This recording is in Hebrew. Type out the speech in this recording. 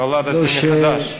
נולדתי מחדש.